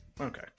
Okay